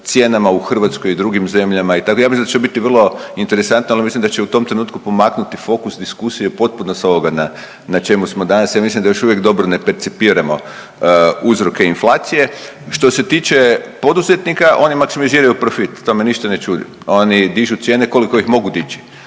cijenama u Hrvatskoj i u drugim zemljama itd., ja mislim da će biti vrlo interesantno, ali mislim da će u tom trenutku pomaknuti fokus diskusije potpuno sa ovoga na čemu smo danas, ja mislim da još uvijek dobro ne percipiramo uzroke inflacije. Što se tiče poduzetnika, oni … profit to me ništa ne čudi, oni dižu cijene koliko ih mogu dići.